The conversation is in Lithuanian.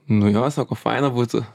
nu jo sako faina būtų